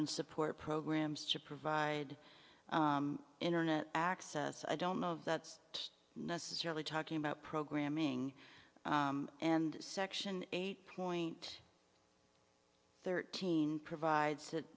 and support programs to provide internet access i don't know of that's necessarily talking about programming and section eight point thirteen provides